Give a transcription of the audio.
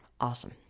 Awesome